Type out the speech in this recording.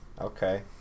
okay